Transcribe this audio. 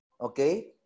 Okay